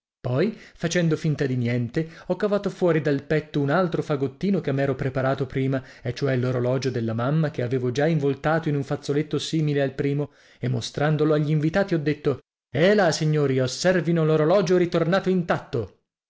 poi facendo finta di niente ho cavato fuori del petto un altro fagottino che m'ero preparato prima e cioè l'orologio della mamma che avevo già involtato in un fazzoletto simile al primo e mostrandolo agli invitati ho detto elà signori osservino l'orologio ritornato intatto